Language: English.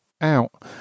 out